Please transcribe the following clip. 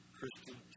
Christian